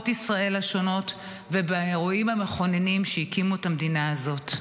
ישראל השונות ובאירועים המכוננים שהקימו את המדינה הזאת.